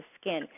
skin